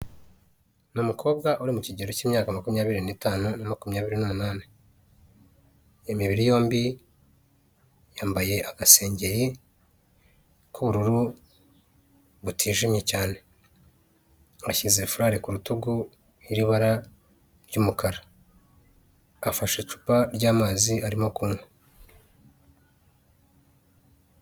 N'umukobwa uri mu kigero cy'imyaka makumyabiri n'itanu makumyabiri n'umunani, n'imibiri yombi yambaye agasengengeri k'ubuururu butijimye cyane ashyize flari ku rutugu y'ibara ry'umukara afashe icupa ry'amazi arimo kunywa.